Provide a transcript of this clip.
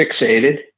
fixated